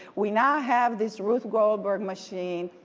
we now have this ruth goldberg machine.